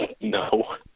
No